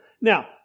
Now